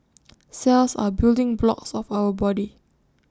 cells are building blocks of our body